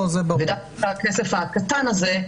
ודווקא הכסף הקטן הזה,